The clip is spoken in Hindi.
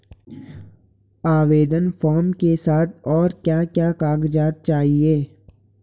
आवेदन फार्म के साथ और क्या क्या कागज़ात चाहिए?